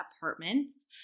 apartments